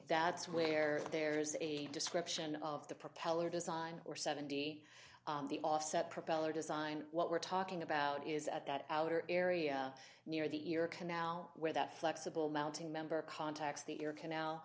that's where there is a description of the propeller design or seventy the offset propeller design what we're talking about is at that outer area near the ear canal where that flexible mounting member contacts the ear canal